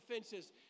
offenses